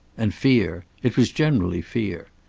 and fear. it was generally fear.